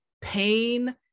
pain